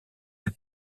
elle